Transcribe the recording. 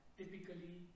typically